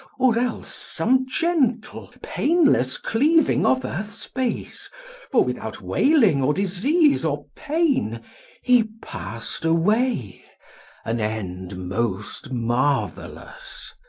or else some gentle, painless cleaving of earth's base for without wailing or disease or pain he passed away and end most marvelous.